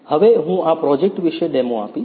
હવે હું આ પ્રોજેક્ટ વિશે ડેમો આપીશ